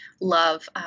love